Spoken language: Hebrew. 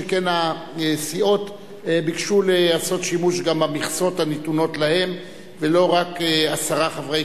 שכן הסיעות ביקשו לעשות שימוש גם במכסות הנתונות להן ולא רק עשרה חברי